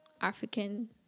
African